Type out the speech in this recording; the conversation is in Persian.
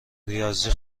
ریاضی